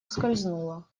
ускользнуло